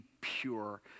pure